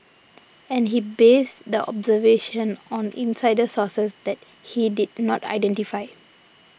and he based the observation on insider sources that he did not identify